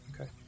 Okay